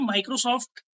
Microsoft